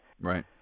Right